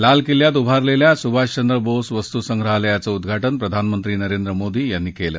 लाल किल्यात उभारलेल्या सुभाषचंद्र बोस वस्तुसंग्रहालयाचं उद्घाटन प्रधानमंत्री नरेंद्र मोदी यांनी केलं